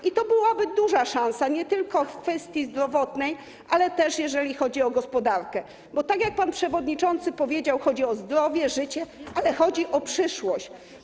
I to byłaby duża szansa, nie tylko w kwestii zdrowotnej, ale też jeżeli chodzi o gospodarkę, bo tak jak pan przewodniczący powiedział, chodzi o zdrowie, życie, ale i chodzi o przyszłość.